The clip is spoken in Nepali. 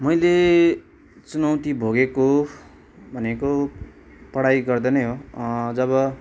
मैले चुनौती भोगेको भनेको पढाइ गर्दा नै हो जब